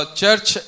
church